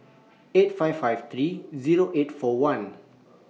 eight five five three Zero eight four one